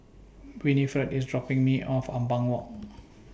Winnifred IS dropping Me off Ampang Walk